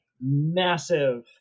massive